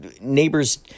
neighbors